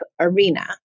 arena